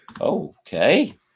Okay